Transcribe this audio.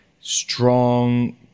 strong